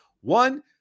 One